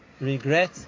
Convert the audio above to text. regret